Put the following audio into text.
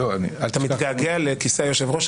אתה מתגעגע לכיסא היושב-ראש,